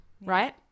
right